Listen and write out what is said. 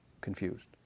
confused